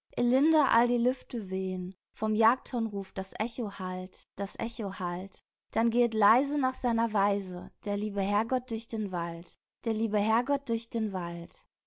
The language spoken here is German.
all die lüfte wehn vom jagdhornruf das echo hallt das echo hallt dann gehet leise nach seiner weise der liebe herrgott durch den wald der liebe herrgott durch den wald